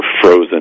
frozen